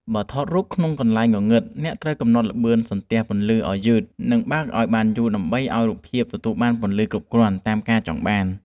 បើថតរូបក្នុងកន្លែងងងឹតអ្នកត្រូវកំណត់ល្បឿនសន្ទះពន្លឺឱ្យយឺត និង បើកឱ្យបានយូរដើម្បីឱ្យរូបភាពទទួលបានពន្លឺគ្រប់គ្រាន់តាមការចង់បាន។